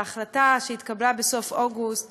על ההחלטה שהתקבלה בסוף אוגוסט